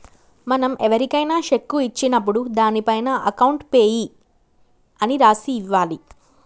మనం ఎవరికైనా శెక్కు ఇచ్చినప్పుడు దానిపైన అకౌంట్ పేయీ అని రాసి ఇవ్వాలి